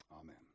amen